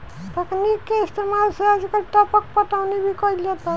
तकनीक के इस्तेमाल से आजकल टपक पटौनी भी कईल जाता